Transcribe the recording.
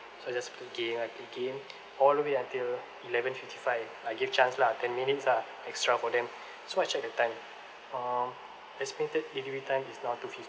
so just play game I play game all the way until eleven fifty five I give chance lah ten minutes lah extra for them so I check the time uh estimated delivery time is down to